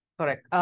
Correct